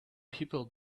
people